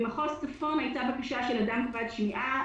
במחוז צפון הייתה בקשה של אדם כבד שמיעה